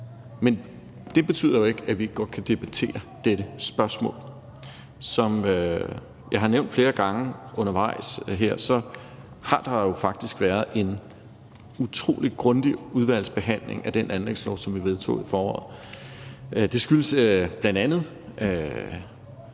Men det betyder jo ikke, at vi ikke godt kan debattere dette spørgsmål. Som jeg har nævnt flere gange undervejs her, har der jo faktisk været en utrolig grundig udvalgsbehandling af den anlægslov, som vi vedtog i foråret. Det skyldes bl.a.